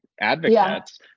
advocates